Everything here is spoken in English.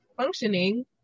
functioning